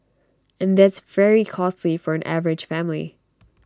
and that's very costly for an average family